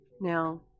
Now